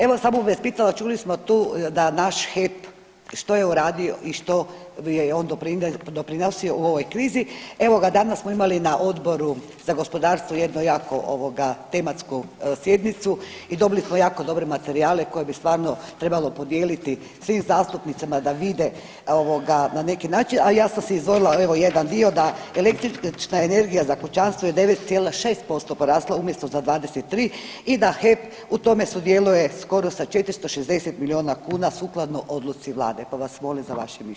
Evo samo bi vas pitala čuli smo tu da naš HEP što je uradio i što je on doprinosio u ovoj krizi, evo ga danas smo imali na Odboru za gospodarstvo jedno jako ovoga tematsku sjednicu i dobili smo jako dobre materijale koje bi stvarno trebalo podijeliti svim zastupnicama da vide ovoga na neki način, a ja sam si izdvojila evo jedan dio da električna energija za kućanstva je 9,6% porasla umjesto za 23 i da HEP u tome sudjeluje skoro sa 460 milijuna kuna sukladno odluci vlade, pa vas molim za vaše mišljenje.